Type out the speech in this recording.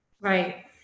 Right